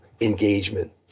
engagement